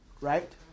right